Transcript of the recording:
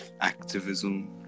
activism